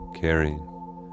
caring